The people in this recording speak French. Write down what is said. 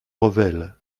revel